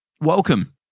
Welcome